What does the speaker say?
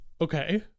Okay